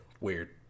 weird